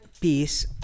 peace